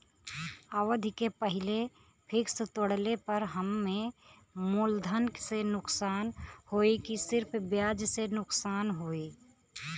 अवधि के पहिले फिक्स तोड़ले पर हम्मे मुलधन से नुकसान होयी की सिर्फ ब्याज से नुकसान होयी?